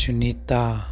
Sunita